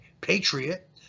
patriot